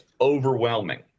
overwhelming